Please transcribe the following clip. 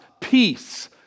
peace